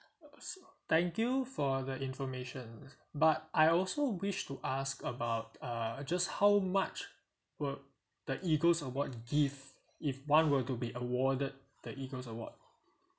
I see thank you for the information but I also wish to ask about uh just how much will the EAGLES award give if one were to be awarded the EAGLES award